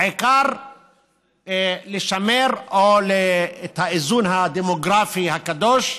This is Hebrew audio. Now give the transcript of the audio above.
העיקר לשמר את האיזון הדמוגרפי הקדוש,